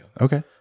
Okay